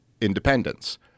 independence